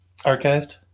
Archived